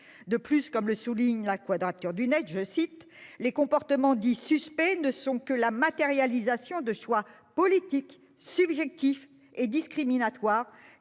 De plus, comme le souligne La Quadrature du Net, « les comportements dits " suspects " ne sont que la matérialisation de choix politiques, subjectifs et discriminatoires,